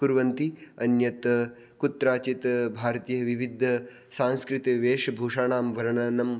कुर्वन्ति अन्यत् कुत्रचित् भारतीयविविधसांस्कृतवेषभूषाणां वर्णनं